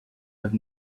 have